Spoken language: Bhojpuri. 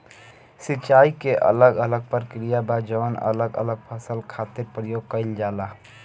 सिंचाई के अलग अलग प्रक्रिया बा जवन अलग अलग फसल खातिर प्रयोग कईल जाला